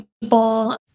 people